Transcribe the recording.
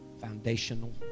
Foundational